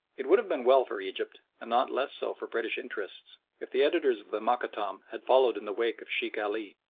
it would have been well for egypt, and not less so for british interests, if the editors of the mokattam had followed in the wake of sheikh ali,